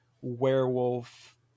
werewolf